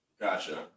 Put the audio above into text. gotcha